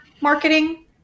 marketing